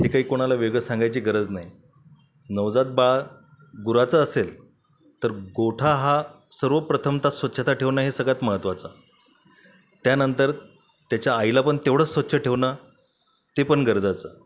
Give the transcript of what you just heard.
हे काही कोणाला वेगळं सांगायची गरज नाही नवजात बाळ गुराचं असेल तर गोठा हा सर्वप्रथमतः स्वच्छता ठेवणं हे सगळ्यात महत्वाचं त्यानंतर त्याच्या आईला पण तेवढंच स्वच्छ ठेवणं ते पण गरजेचं